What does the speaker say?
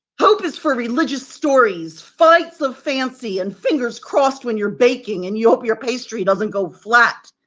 hope is for religious stories, flights of fancy and fingers crossed when you're baking and you hope your pastry doesn't go flat.